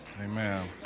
Amen